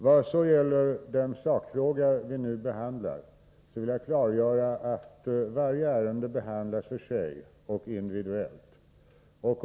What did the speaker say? Såvitt gäller den sakfråga vi nu behandlar vill jag klargöra att varje ärende behandlas för sig och individuellt.